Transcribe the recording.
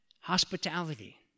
hospitality